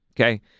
Okay